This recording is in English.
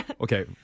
Okay